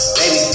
baby